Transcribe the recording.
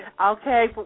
Okay